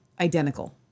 identical